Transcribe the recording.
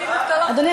אדוני,